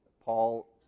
Paul